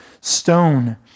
stone